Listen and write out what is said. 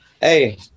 Hey